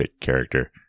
character